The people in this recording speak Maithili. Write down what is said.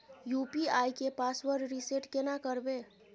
यु.पी.आई के पासवर्ड रिसेट केना करबे?